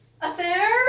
Affair